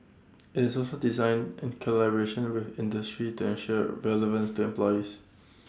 IT is also designed in collaboration with industry to ensure relevance to employers